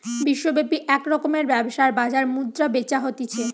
বিশ্বব্যাপী এক রকমের ব্যবসার বাজার মুদ্রা বেচা হতিছে